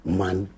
man